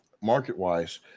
market-wise